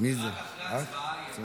בעיות אחרות, גלית.